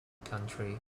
country